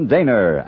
Daner